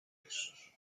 presos